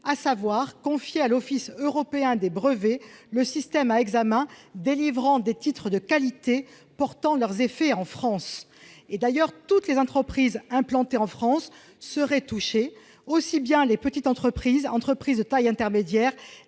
: confier à l'Office européen des brevets le système à examen délivrant des titres de qualité portant leurs effets en France. D'ailleurs, toutes les entreprises implantées en France seraient touchées, aussi bien les petites entreprises, les entreprises de taille intermédiaire,